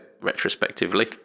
retrospectively